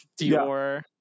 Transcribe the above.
Dior